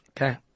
Okay